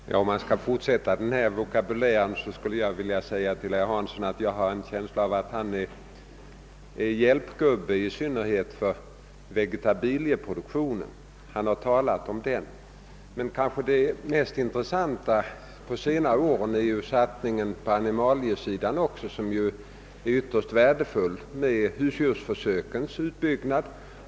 Herr talman! Om man skall fortsätta med den vokabulär som använts skulle jag vilja säga till herr Hansson i Skegrie att jag har en känsla av att han är »hjälpgubbe» i synnerhet åt vegetabilieproduktionen, som han talat om här. Men det mest intressanta under senare år är satsningen på animaliesidan och då framför allt husdjursförsökens utbyggnad.